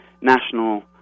national